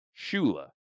Shula